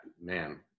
man